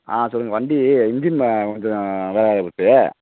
ஆ சொல்லுங்கள் வண்டி இஞ்சின் கொஞ்சம் வேலை ஆகிப் போச்சு